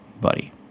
buddy